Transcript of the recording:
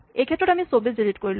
এইক্ষেত্ৰত আমি ২৪ ডিলিট কৰিলো